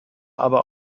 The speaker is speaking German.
aber